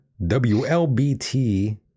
WLBT